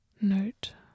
note